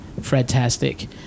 FredTastic